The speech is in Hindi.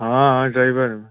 हाँ हाँ ड्राइवर मैं